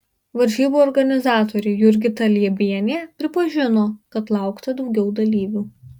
varžybų organizatorė jurgita liebienė pripažino kad laukta daugiau dalyvių